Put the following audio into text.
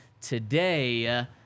today